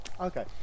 okay